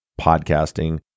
podcasting